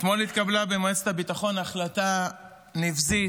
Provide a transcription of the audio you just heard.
אתמול התקבלה במועצת הביטחון החלטה נבזית,